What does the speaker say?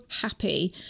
happy